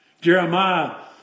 Jeremiah